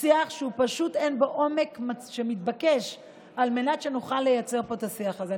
שיח שפשוט אין בו עומק מתבקש על מנת שנוכל לייצר את השיח הזה.